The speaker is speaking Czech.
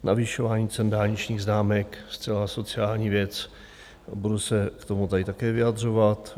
Navyšování cen dálničních známek zcela asociální věc, budu se k tomu také vyjadřovat.